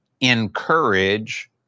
encourage